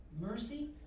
mercy